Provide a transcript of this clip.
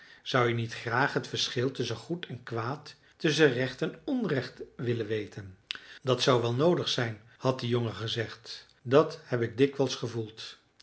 zou je niet graag het verschil tusschen goed en kwaad tusschen recht en onrecht willen weten dat zou wel noodig zijn had de jongen gezegd dat heb ik dikwijls gevoeld